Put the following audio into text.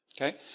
Okay